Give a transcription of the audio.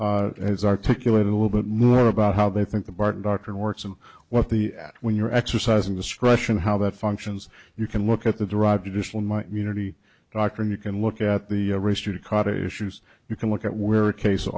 has articulated a little bit more about how they think the barton doctrine works and what the when you're exercising discretion how that functions you can look at the derive additional my unity doctrine you can look at the race your car issues you can look at where a case o